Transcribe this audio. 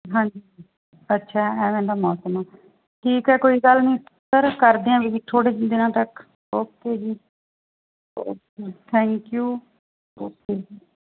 ਹਾਂਜੀ ਅੱਛਾ ਐਵੇਂ ਦਾ ਮੌਸਮ ਹੈ ਠੀਕ ਹੈ ਕੋਈ ਗੱਲ ਨਹੀਂ ਸਰ ਕਰਦੇ ਹਾਂ ਵਿਜ਼ਿਟ ਥੋੜ੍ਹੇ ਜਿਹੇ ਦਿਨ ਤੱਕ ਓਕੇ ਜੀ ਓਕੇ ਥੈਂਕ ਯੂ ਓਕੇ